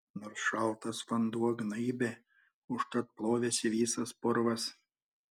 nors šaltas vanduo gnaibė užtat plovėsi visas purvas